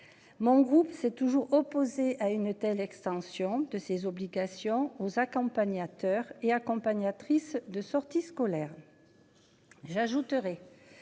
Mon groupe s'est toujours opposé à une telle extension de ses obligations aux accompagnateurs et accompagnatrices de sorties scolaires. J'ajouterai